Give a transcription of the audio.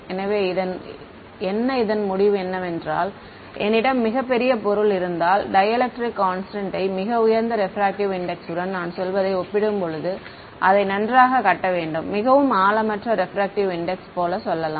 எனவே என்ன இதன் முடிவு என்னவென்றால் என்னிடம் மிகப் பெரிய பொருள் இருந்தால் டைஎலக்ட்ரிக் கான்ஸ்டன்ட் யை மிக உயர்ந்த ரெப்ரக்ட்டிவ் இன்டெக்ஸ் உடன் நான் சொல்வதை ஒப்பிடும்போது அதை நன்றாக கட்ட வேண்டும் மிகவும் ஆழமற்ற ரெப்ரக்ட்டிவ் இன்டெக்ஸ் போல சொல்லலாம்